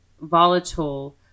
volatile